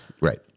Right